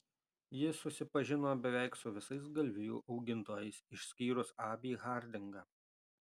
ji susipažino beveik su visais galvijų augintojais išskyrus abį hardingą